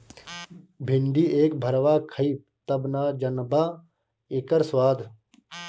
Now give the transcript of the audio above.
भिन्डी एक भरवा खइब तब न जनबअ इकर स्वाद